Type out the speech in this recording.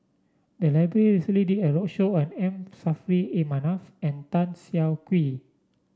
the library recently did a roadshow on M Saffri A Manaf and Tan Siah Kwee